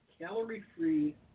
Calorie-free